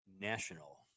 national